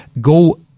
go